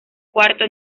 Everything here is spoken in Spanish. cuarto